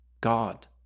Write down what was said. God